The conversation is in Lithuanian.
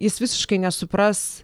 jis visiškai nesupras